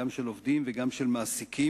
גם של עובדים וגם של מעסיקים.